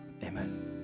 Amen